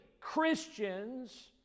Christians